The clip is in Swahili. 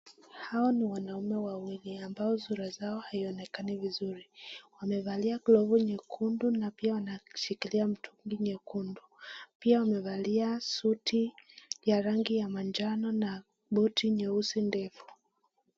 Hawa ni wanaume wawili ambao sura zao haionekanai vizuri wamevalia glovu nyekundu na pia wanashikilia mtungi nyekundu. Pia wamevalia suti ya rangi ya rangi na manjano na buti nyeusi ndefu.